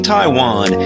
Taiwan